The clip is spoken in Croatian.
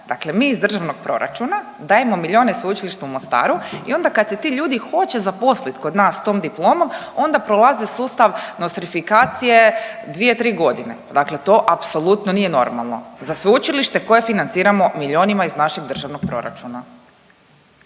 Dakle mi iz državnog proračuna dajemo milijone Sveučilištu u Mostaru i onda kad se ti ljudi hoće zaposliti kod nas sa tom diplomom onda prolaze sustav nostrifikacije dvije, tri godine. Dakle, to apsolutno nije normalno za sveučilište koje financiramo milijonima iz našeg državnog proračuna.